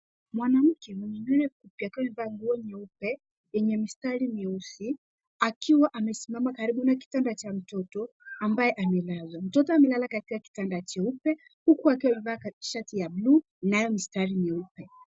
Mwanamke mwenye nywele fupi akiwa amevaa nguo nyeupe yenye mistari nyeusi akiwa amesimama karibu na kitanda cha mtoto ambaye amelazwa. Mtoto amelala katika kitanda cheupe huku akiwa amevaa shati ya buluu inayo mstari nyeupe.